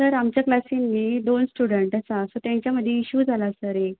sir आमच्या क्लासीन न्हय दोन स्टुडंट आसा सो तांच्या मदीं इशू जाला सर एक